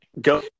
go